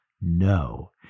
No